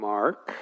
Mark